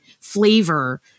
flavor